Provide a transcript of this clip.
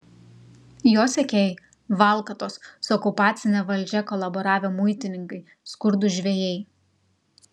jo sekėjai valkatos su okupacine valdžia kolaboravę muitininkai skurdūs žvejai